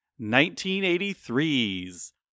1983's